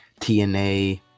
TNA